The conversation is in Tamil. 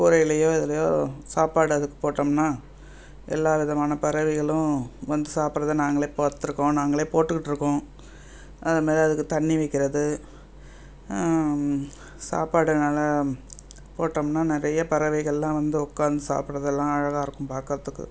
கூரைலேயோ எதுலேயோ சாப்பாடு அதுக்கு போட்டோம்ன்னால் எல்லா விதமான பறவைகளும் வந்து சாப்பிட்றத நாங்களே பார்த்துருக்கோம் நாங்களே போட்டுக்கிட்டிருக்கோம் அதுமாரி அதுக்கு தண்ணி வைக்கிறது சாப்பாடு நல்லா போட்டோம்ன்னால் நிறைய பறவைகளெலாம் வந்து உக்காந்து சாப்பிட்றதெல்லாம் அழகா இருக்கும் பாக்குறத்துக்கு